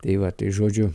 tai va tai žodžiu